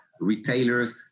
retailers